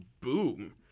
boom